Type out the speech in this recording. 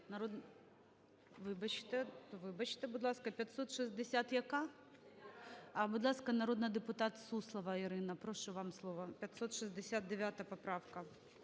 Вибачте, вибачте, будь ласка, 560… яка? Будь ласка, народний депутат Суслова Ірина, прошу вам слово, 569 поправка.